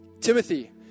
Timothy